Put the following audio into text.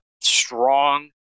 strong